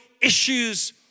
issues